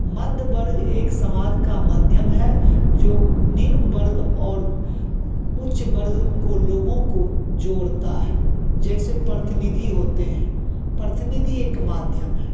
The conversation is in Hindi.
मध्य वर्ग एक समाज का माध्यम है जो निम्न वर्ग और उच्च वर्ग को लोगों को जोड़ता है जैसे प्रतिनिधि होते हैं प्रतिनिधि एक माध्यम है